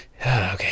Okay